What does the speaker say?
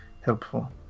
helpful